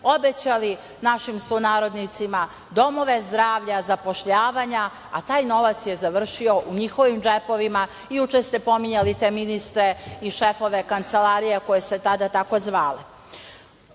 obećali našim sunarodnicima domove zdravlja, zapošljavanja, a taj novac je završio u njihovim džepovima. Juče ste pominjali te ministre i šefove kancelarija, koje su se tada tako zvale. Čak